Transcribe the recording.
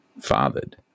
fathered